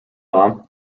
law